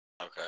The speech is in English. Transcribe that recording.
Okay